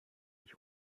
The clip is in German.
ich